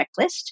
checklist